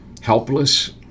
Helpless